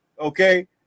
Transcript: okay